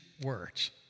words